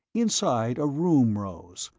inside a room rose,